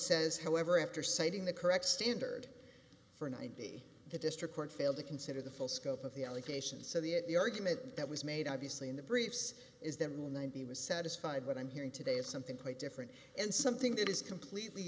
says however after citing the correct standard for ninety the district court failed to consider the full scope of the allegations so the at the argument that was made obviously in the briefs is the rule ninety was satisfied what i'm hearing today is something quite different and something that is completely